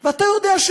ואתה כבר יודע,